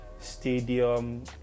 stadium